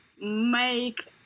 Make